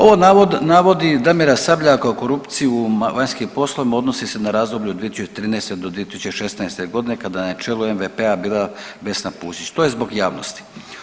Ovi navodi Damira Sabljaka o korupciji u vanjskim poslovima odnosi se na razdoblje od 2013. do 2016.g. kada je na čelu MVP bila Vesna Pusić, to je zbog javnosti.